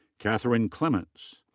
kathryn clements.